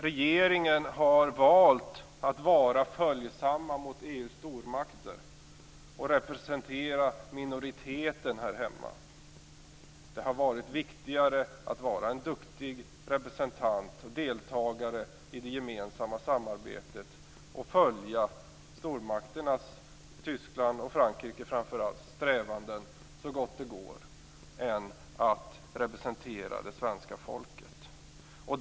Regeringen har valt att vara följsam mot EU:s stormakter och representera minoriteten här hemma. Det har varit viktigare att vara en duktig representant, deltagare i det gemensamma samarbetet, och följa stormakternas, framför allt Tysklands och Frankrikes, strävanden så gott det går än att representera det svenska folket.